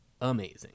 amazing